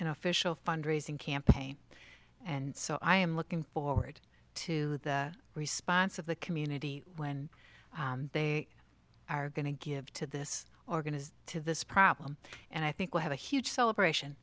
an official fundraising campaign and so i am looking forward to the response of the community when they are going to give to this organised to this problem and i think we'll have a huge celebration